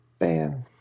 Man